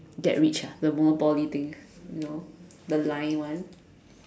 get rich ah the more Poly things you know the line one